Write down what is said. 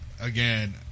again